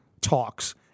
talks